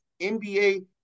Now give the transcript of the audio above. NBA